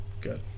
good